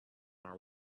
are